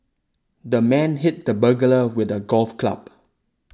the man hit the burglar with a golf club